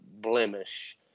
blemish